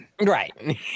Right